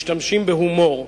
הם משתמשים בהומור.